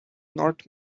not